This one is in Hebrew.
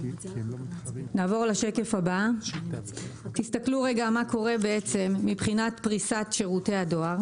תראו מה קורה מבחינת פריסת שירותי הדואר.